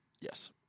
Yes